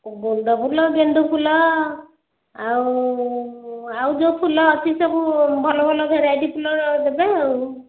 ଗୁଣ୍ଡ ଫୁଲ ଗେଣ୍ଡୁ ଫୁଲ ଆଉ ଆଉ ଯେଉଁ ଫୁଲ ଅଛି ସବୁ ଭଲ ଭଲ ଭେରାଇଟି ଫୁଲ ଦେବେ ଆଉ